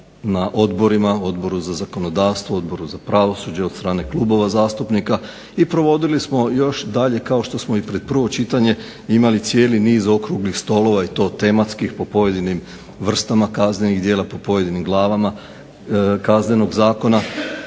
na odborima, Odboru na zakonodavstvo, Odboru za pravosuđe od strane klubova zastupnika i provodili smo još dalje kao što smo i pred prvo čitanje imali cijeli niz okruglih stolova i to tematskih po pojedinim vrstama kaznenih djela, po pojedinim glavama Kaznenog zakona.